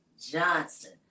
Johnson